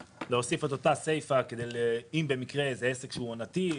אותה הסיפה, אם במקרה זה עסק עונתי.